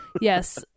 Yes